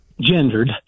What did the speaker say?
gendered